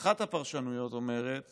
אחת הפרשנויות אומרת